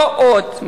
לא עוד.